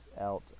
out